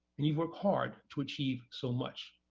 and you work hard to achieve so much.